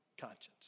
conscience